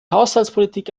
haushaltspolitik